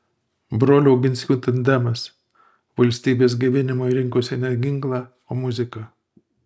brolių oginskių tandemas valstybės gaivinimui rinkosi ne ginklą o muziką